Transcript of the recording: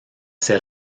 ces